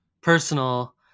personal